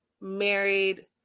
married